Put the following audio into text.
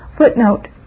Footnote